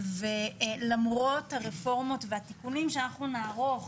למרות הרפורמות והתיקונים שאנחנו נערוך